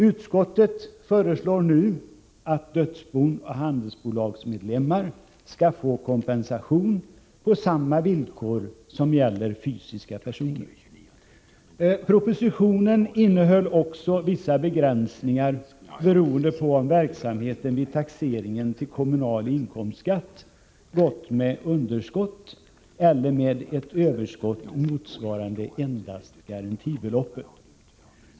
Utskottet föreslår därför att dödsbon och handelsbolagsmedlemmar skall få kompensation på samma villkor som gäller för fysiska personer. Vidare innehöll propositionen förslag om vissa begränsningar, beroende på om verksamheten vid taxeringen avseende kommunal inkomstskatt uppvisar ett underskott eller ett överskott motsvarande endast garantibeloppet.